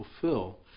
fulfill